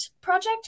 project